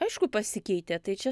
aišku pasikeitė tai čia